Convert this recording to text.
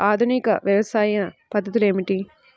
ఆధునిక వ్యవసాయ పద్ధతులు ఏమిటి?